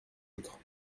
autres